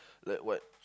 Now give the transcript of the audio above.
like what